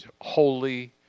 holy